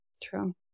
True